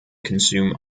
consume